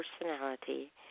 personality